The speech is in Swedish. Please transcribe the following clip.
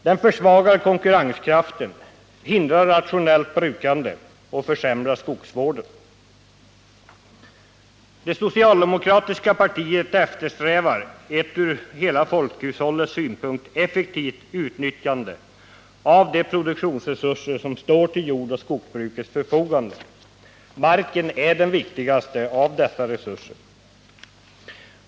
Den försvagar konkurrenskraften, hindrar rationellt brukande och försämrar skogsvården. Det socialdemokratiska partiet eftersträvade ett ur hela folkhushållets synpunkt effektivt utnyttjande av de produktionsresurser som står till jordoch skogsbrukets förfogande. Marken är den viktigaste av dessa resurser.